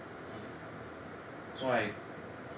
he so I